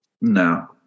No